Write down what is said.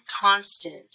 constant